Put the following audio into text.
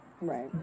right